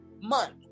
month